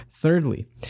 Thirdly